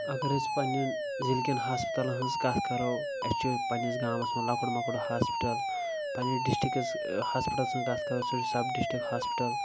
اگر أسۍ پننٮ۪ن ضلعہٕ کٮ۪ن ہسپتالن ہٕنٛز کتھ کرو اسہِ چھ پننس گامس منٛز لۄکُٹ مۄکُٹ ہاسپٹل پننہِ ڈسٹرکس ہاسپٹل سٕنٛز کتھ کرو سُہ چھ سب ڈسٹرک ہاسپٹل